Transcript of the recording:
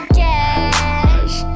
cash